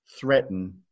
threaten